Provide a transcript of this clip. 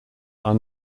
are